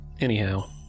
Anyhow